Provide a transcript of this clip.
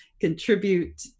contribute